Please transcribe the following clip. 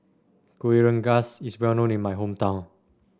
Kuih Rengas is well known in my hometown